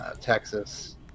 Texas